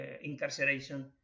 incarceration